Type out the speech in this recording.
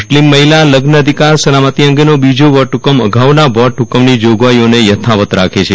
મુસ્લીમ મહિલા લગ્ન અધિકાર સલામતી અંગેનો બીજો વટ હુકમ અગાઉના વટ હુકમની જોગવાઇઓને યથાવત રાખે છે